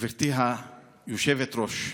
גברתי היושבת-ראש,